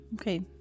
Okay